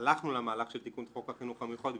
לחינוך המיוחד יש